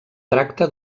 tracta